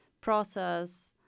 process